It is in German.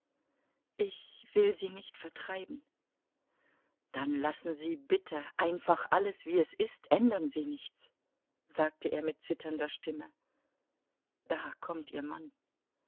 ich will sie nicht vertreiben dann lassen sie bitte einfach alles wie es ist ändern sie nichts sagte er mit zitternder stimme da kommt ihr mann